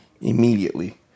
immediately